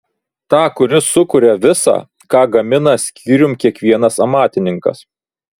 tą kuris sukuria visa ką gamina skyrium kiekvienas amatininkas